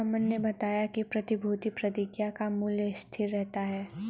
अमन ने बताया कि प्रतिभूति प्रतिज्ञापत्र का मूल्य स्थिर रहता है